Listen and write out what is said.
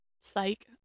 psych